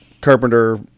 Carpenter